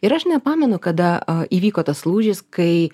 ir aš nepamenu kada a įvyko tas lūžis kai